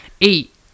Eight